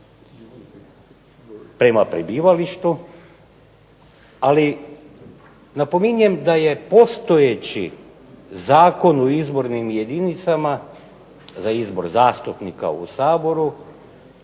prema prebivalištu ali napominjem da je postojeći Zakon o izbornim jedinicama za izbor zastupnika u Saboru,